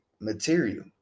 material